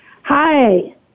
Hi